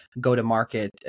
go-to-market